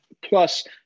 Plus